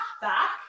back